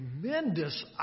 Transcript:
tremendous